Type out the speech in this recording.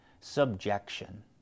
subjection